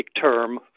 term